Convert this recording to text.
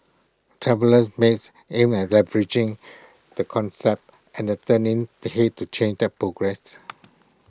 traveller mates aims at leveraging the concept and turning the Head to change that progress